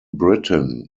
britain